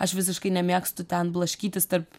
aš visiškai nemėgstu ten blaškytis tarp